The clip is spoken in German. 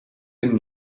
dem